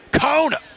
kona